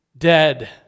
dead